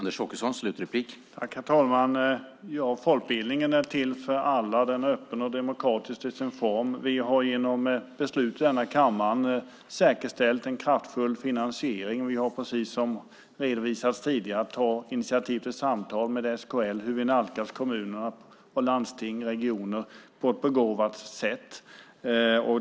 Herr talman! Folkbildningen är till för alla. Den är öppen och demokratisk till sin form. Vi har genom beslut i denna kammare säkerställt en kraftfull finansiering. Vi har precis som redovisats tidigare tagit initiativ till samtal med SKL om hur vi nalkas kommuner, landsting och regioner på ett begåvat sätt.